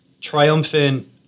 triumphant